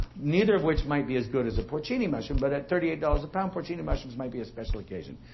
neither of which might not be as good as a porcini mushroom, but at thirty eight dollars a pound, porcini mushrooms might be a special occasion.